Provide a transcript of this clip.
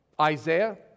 Isaiah